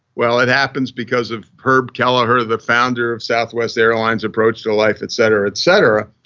well it happens because of herb kelleher, the founder of southwest airlines approach to life etc, etc,